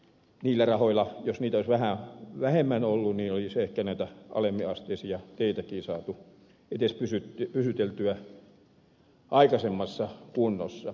niillä rahoilla jos niitä olisi vähän vähemmän ollut olisi ehkä näitä alempiasteisia teitäkin saatu edes pidettyä aikaisemmassa kunnossa